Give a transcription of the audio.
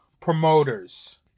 promoters